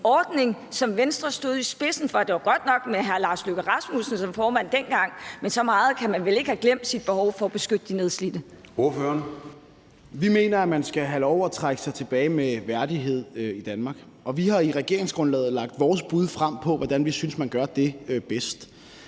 ordning, som Venstre stod i spidsen for. Det var godt nok med hr. Lars Løkke Rasmussen som formand dengang, men så meget kan man vel ikke have glemt sit behov for at beskytte de nedslidte. Kl. 10:14 Formanden (Søren Gade): Ordføreren. Kl. 10:14 Morten Dahlin (V): Vi mener, at man skal have lov til at trække sig tilbage med værdighed i Danmark, og vi har i regeringsgrundlaget lagt vores bud frem på, hvordan vi synes man gør det bedst.